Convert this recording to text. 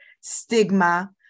stigma